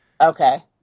Okay